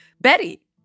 Betty